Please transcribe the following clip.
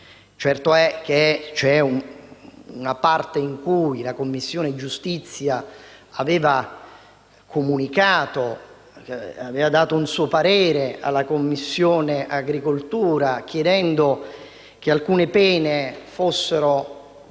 Certo è che c'è una parte su cui la Commissione giustizia aveva espresso un parere alla Commissione agricoltura, chiedendo che alcune pene fossero